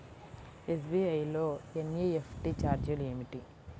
SBI లో NEFT ఛార్జీలు ఏమిటి?